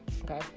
okay